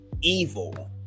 evil